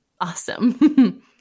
Awesome